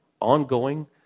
ongoing